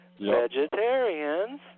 vegetarians